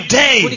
day